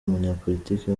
umunyapolitiki